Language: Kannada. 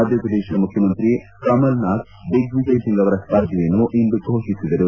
ಮಧ್ಯಪ್ರದೇಶ ಮುಖ್ಯಮಂತ್ರಿ ಕಮಲ್ನಾಥ್ ದಿಗ್ನಿಜಯ್ ಸಿಂಗ್ ಅವರ ಸ್ಪರ್ಧೆಯನ್ನು ಇಂದು ಘೋಷಿಸಿದರು